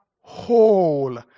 whole